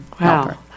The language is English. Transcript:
Wow